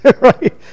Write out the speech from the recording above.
right